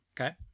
okay